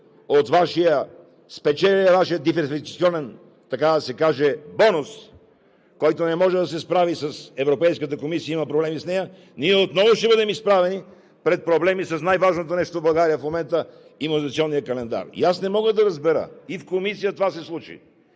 вече, спечелили Вашия диверсификационен, така да се каже, бонус, който не може да се справи с Европейската комисия, има проблеми с нея, ние отново ще бъдем изправени пред проблеми с най-важното нещо в България в момента – имунизационния календар. И аз не мога да разбера – и в Комисията това се случи,